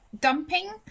dumping